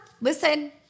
listen